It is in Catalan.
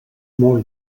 molt